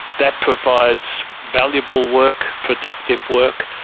that provides valuable work, productive work.